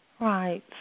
Right